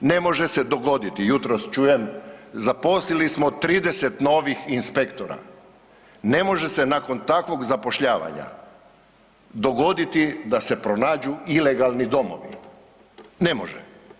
Ne može se dogoditi, jutros čujem zaposlili smo 30 novih inspektora, ne može se nakon takvog zapošljavanja dogoditi da se pronađu ilegalni domovi, ne može.